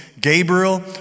Gabriel